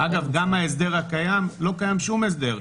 אגב, גם ההסדר הקיים לא קיים שום הסדר.